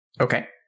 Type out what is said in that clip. Okay